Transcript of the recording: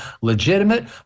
legitimate